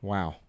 Wow